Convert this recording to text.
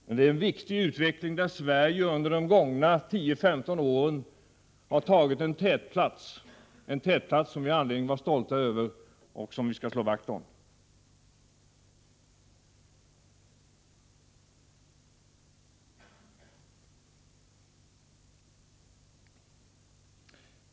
Men det är en viktig utveckling, där Sverige under de gångna 10-15 åren har tagit en tätplats i världen, som vi har anledning att vara stolta över och som vi skall slå vakt om.